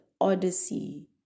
odyssey